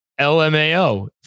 LMAO